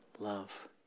love